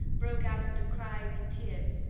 broke out into cries and tears,